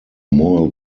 more